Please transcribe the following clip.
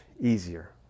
easier